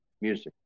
Music